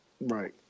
right